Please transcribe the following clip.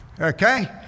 Okay